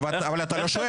אתה לא שואל.